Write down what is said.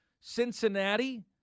Cincinnati